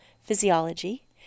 physiology